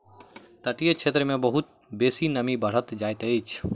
तटीय क्षेत्र मे बहुत बेसी नमी बैढ़ जाइत अछि